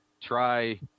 Try